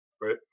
right